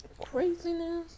Craziness